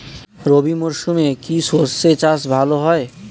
রবি মরশুমে কি সর্ষে চাষ ভালো হয়?